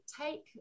take